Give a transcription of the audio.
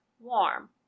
warm